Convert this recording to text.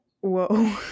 Whoa